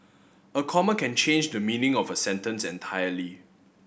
a comma can change the meaning of a sentence entirely